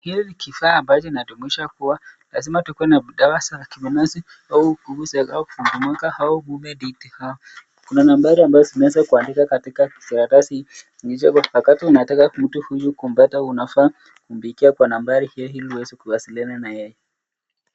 Hii ni kifaa ambacho kinatujumisha kuwa lazima tukuwe na dawa za mapenzi au nguyu za kiume au kumfungamke au kumedhidi -hawa . Kuna nambari ambazo zimeweza kuandikwa katika karatasi ijapo wakati unataka mtu huyu kumpata unafaa kumpigia kwa nambari hiyo ili uweze kuwasiliana na yeye.